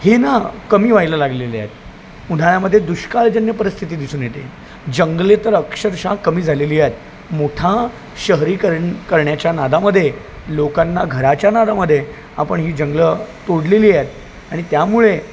हे ना कमी व्हायला लागलेले आहेत उन्हाळ्यामध्ये दुष्काळजन्य परिस्थिती दिसून येते जंगले तर अक्षरशः कमी झालेली आहेत मोठा शहरीकरण करण्याच्या नादामध्ये लोकांना घराच्या नादामध्ये आपण ही जंगलं तोडलेली आहेत आणि त्यामुळे